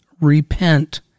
Repent